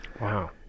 Wow